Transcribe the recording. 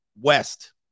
West